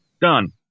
Done